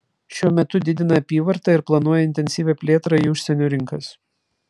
šiuo metu didina apyvartą ir planuoja intensyvią plėtrą į užsienio rinkas